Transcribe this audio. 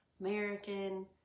American